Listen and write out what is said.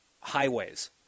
highways